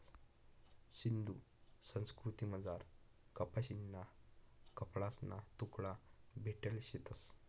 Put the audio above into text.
सिंधू संस्कृतीमझार कपाशीना कपडासना तुकडा भेटेल शेतंस